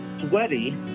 sweaty